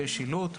שיש שילוט,